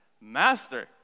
Master